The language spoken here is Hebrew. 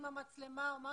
עוד לא שמעתי מה הם עשו איתו.